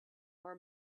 our